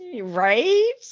Right